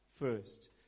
first